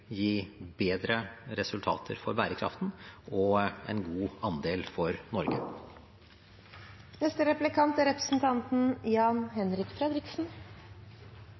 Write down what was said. gi bedre resultater for bærekraften og en god andel for